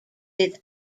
its